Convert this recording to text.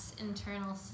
internal